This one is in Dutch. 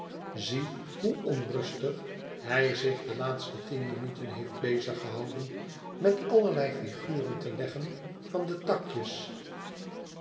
zie hoe onrustig hij zich de laatste tien minuten heeft bezig gehouden met allerlei figuren te leggen van de takjes